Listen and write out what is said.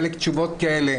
חלק תשובות אחרות.